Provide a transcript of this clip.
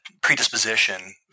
predisposition